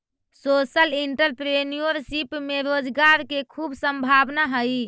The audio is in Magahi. सोशल एंटरप्रेन्योरशिप में रोजगार के खूब संभावना हई